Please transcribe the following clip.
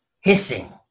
hissing